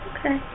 Okay